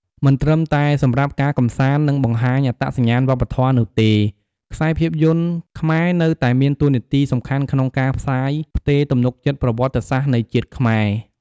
មិនត្រឹមតែសម្រាប់ការកម្សាន្ត និងបង្ហាញអត្តសញ្ញាណវប្បធម៌នោះទេ ខ្សែភាពយន្តខ្មែរនៅតែមានតួនាទីសំខាន់ក្នុងការផ្សាយផ្ទេរទំនុកចិត្តប្រវត្តិសាស្ត្រនៃជាតិខ្មែរ។